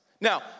Now